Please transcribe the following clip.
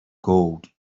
gold